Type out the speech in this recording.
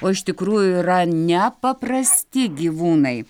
o iš tikrųjų yra nepaprasti gyvūnai